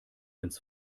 ins